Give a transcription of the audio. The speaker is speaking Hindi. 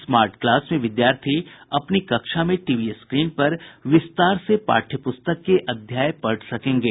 स्मार्ट क्लास में विद्यार्थी अपनी कक्षा में टीवी स्क्रीन पर विस्तार से पाठ्य पुस्तक के अध्याय को पढ़ सकेंगे